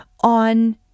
on